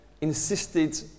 insisted